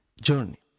journey